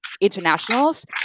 Internationals